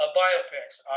biopics